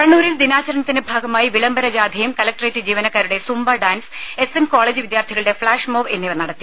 കണ്ണൂരിൽ ദിനാചരണത്തിന്റെ ഭാഗമായി വിളംബര ജാഥയും കലക്ട്രേറ്റ് ജീവനക്കാരുടെ Zumba dance S N college വിദ്യാർത്ഥികളുടെ ഫ്ളാഷ് മോബ് എന്നിവ നടത്തി